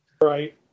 Right